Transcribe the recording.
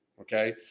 Okay